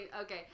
okay